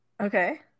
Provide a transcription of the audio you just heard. okay